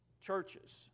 churches